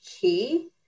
key